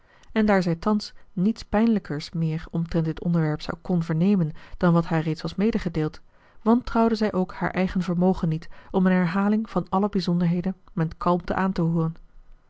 en daar zij thans niets pijnlijkers meer omtrent dit onderwerp kon vernemen dan wat haar reeds was medegedeeld wantrouwde zij ook haar eigen vermogen niet om een herhaling van alle bijzonderheden met kalmte aan te hooren